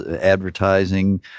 advertising